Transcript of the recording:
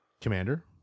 commander